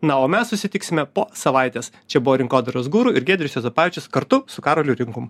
na o mes susitiksime po savaitės čia buvo rinkodaros guru ir giedrius juozapavičius kartu su karoliu rinkum